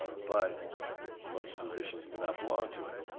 ah but most physicians do not belong to it.